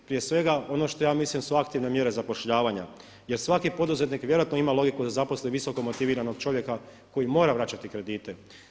Prije svega, ono što ja mislim su aktivne mjere zapošljavanja jer svaki poduzetnik vjerojatno ima logiku da zaposli visoko motiviranog čovjeka koji mora vraćati kredite.